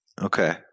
Okay